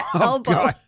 elbow